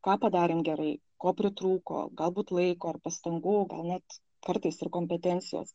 ką padarėm gerai ko pritrūko galbūt laiko ir pastangų o gal net kartais ir kompetencijos